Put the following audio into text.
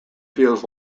feels